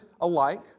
alike